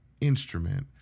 instrument